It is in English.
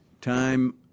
time